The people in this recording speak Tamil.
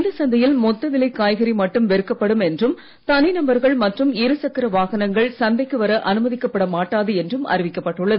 இந்த சந்தையில் மொத்த விலை காய்கறி மட்டும் விற்கப்படும் என்றம் தனிநபர்கள் மற்றும் இருசக்கர வாகனங்கள் சந்தைக்கு வர மாட்டாது அனுமதிக்கப்பட என்று அறிவிக்கப்பட்டுள்ளது